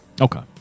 Okay